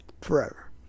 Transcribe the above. forever